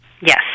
Yes